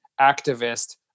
activist